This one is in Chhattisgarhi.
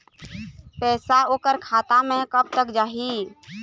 पैसा ओकर खाता म कब तक जाही?